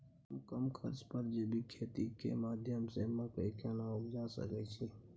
हम कम खर्च में जैविक खेती के माध्यम से मकई केना उपजा सकेत छी?